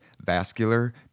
vascular